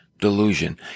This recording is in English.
delusion